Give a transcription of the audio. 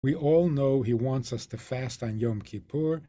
אנחנו כולנו יודעים שהוא רוצה אותנו לצום ביום כיפור.